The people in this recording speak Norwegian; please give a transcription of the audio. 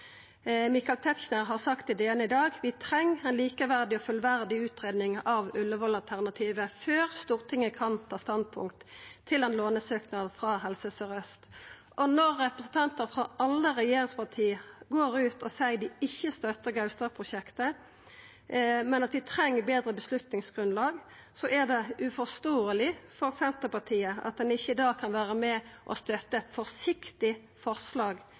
Michael Tetzschner har sagt til DN i dag: «Vi trenger en likeverdig og fullverdig utredning av Ullevål-alternativet før Stortinget kan ta standpunkt til en lånesøknad fra Helse Sør Øst.» Når representantar frå alle regjeringspartia går ut og seier dei ikkje støttar Gaustad-prosjektet, men at dei treng betre avgjerdsgrunnlag, er det uforståeleg for Senterpartiet at ein ikkje kan vera med og støtta eit forsiktig forslag